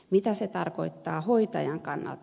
mitä se tarkoittaa hoitajan kannalta